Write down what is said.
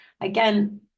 Again